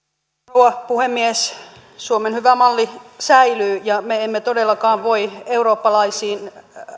rouva puhemies suomen hyvä malli säilyy ja me emme todellakaan voi eurooppalaisiin